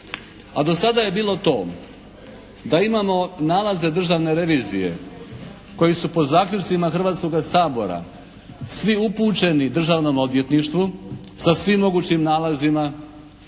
A do sada je bilo to da imamo nalaze Državne revizije koji su po zaključcima Hrvatskoga sabora svi upućeni Državnom odvjetništvu sa svim mogućim nalazima